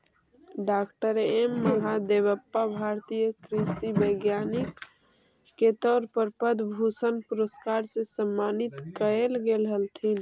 डॉ M Mahadevappa भारतीय कृषि वैज्ञानिक के तौर पर पद्म भूषण पुरस्कार से सम्मानित कएल गेलथीन